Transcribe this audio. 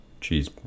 Cheese